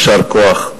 יישר כוח,